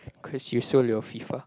cause you sold your FIFA